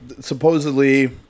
supposedly